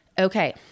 okay